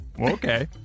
Okay